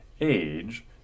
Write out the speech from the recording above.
age